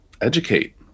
educate